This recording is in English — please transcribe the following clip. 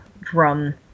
drum